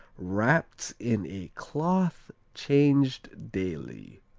wrapped in a cloth changed daily